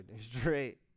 straight